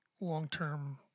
long-term